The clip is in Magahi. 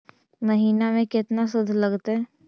महिना में केतना शुद्ध लगतै?